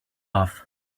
off